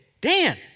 Dan